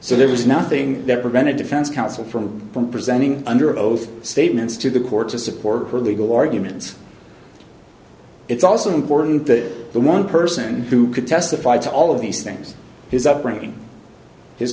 so there was nothing that prevented defense counsel from from presenting under oath statements to the court to support her legal arguments it's also important that the one person who can testify to all of these things his upbringing his